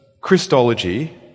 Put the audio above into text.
Christology